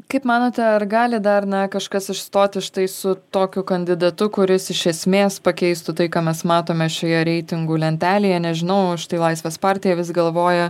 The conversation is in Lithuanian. kaip manote ar gali dar na kažkas išstoti štai su tokiu kandidatu kuris iš esmės pakeistų tai ką mes matome šioje reitingų lentelėje nežinau štai laisvės partija vis galvoja